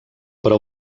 però